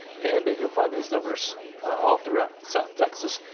and the you find these numbers all throughout south texas.